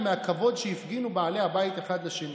מהכבוד שהפגינו בעלי הבית אחד לשני.